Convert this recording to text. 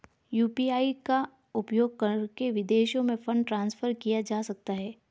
UPI का उपयोग करके विदेशों में फंड ट्रांसफर किया जा सकता है?